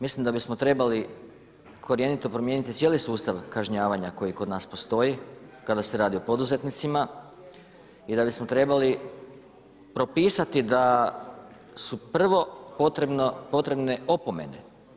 Mislim da bismo trebali korjenito promijeniti cijeli sustav kažnjavanja koji kod nas postoji kada se radi o poduzetnicima i da bismo trebali propisati da su prvi potrebne opomene.